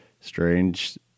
Strange